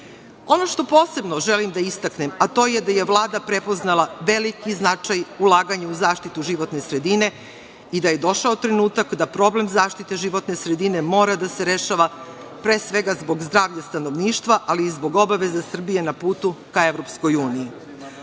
što posebno želim da istaknem, to je da je Vlada prepoznala veliki značaj ulaganja u zaštitu životne sredine i da je došao trenutak da problem zaštite životne sredine mora da se rešava pre svega zbog zdravlja stanovništva, ali i zbog obaveza Srbije na putu ka Evropskoj uniji. Ako